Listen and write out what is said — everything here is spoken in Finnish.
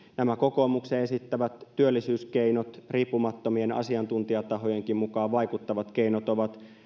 nämä kokoomuksen esittämät työllisyyskeinot riippumattomien asiantuntijatahojenkin mukaan vaikuttavat keinot ovat